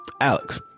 Alex